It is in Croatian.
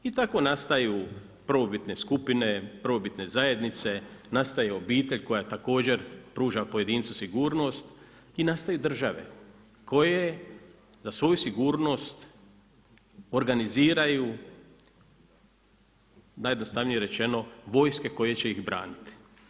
I tako nastaju prvobitne skupine, prvobitne zajednice, nastaje obitelj koja također pruža pojedincu sigurnost i nastaju države koje za svoju sigurnost organiziraju najjednostavnije rečeno vojske koje će ih braniti.